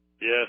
Yes